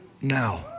now